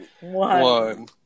one